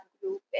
group